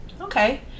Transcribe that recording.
Okay